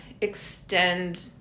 extend